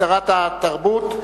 כשרת התרבות,